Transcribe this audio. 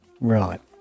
Right